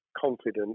confident